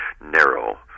narrow